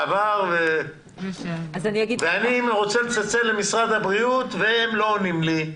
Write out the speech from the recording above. אני רוצה להתקשר למשרד הבריאות והם לא עונים לי.